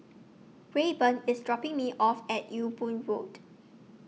Rayburn IS dropping Me off At Ewe Boon Road